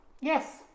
Yes